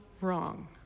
wrong